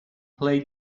play